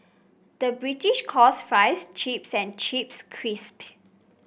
the British calls fries chips and chips crisps